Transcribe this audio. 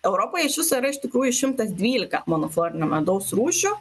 europoje iš viso yra iš tikrųjų šimtas dvylika monoflorinio medaus rūšių